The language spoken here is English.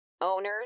owners